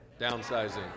Downsizing